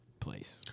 place